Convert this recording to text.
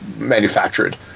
manufactured